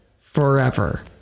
forever